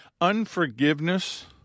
Unforgiveness